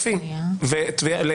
בסדר הוא היה פה.